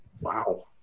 Wow